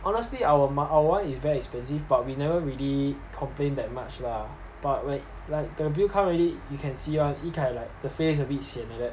honestly our our one is very expensive but we never really complain that much lah but when like the bill come already you can see [one] yikai like a bit sian like that